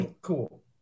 Cool